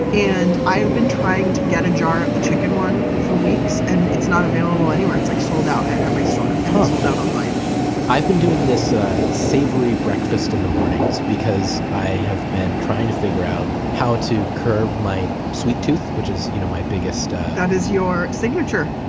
and i have been trying to get a jar of the chicken one for weeks and it's not available anywhere. it's like sold out every store and it's sold out online i've been doing this ah savory breakfast in the mornings because i have been trying to figure out how to curb my sweet tooth, which is you know my biggest that's your signature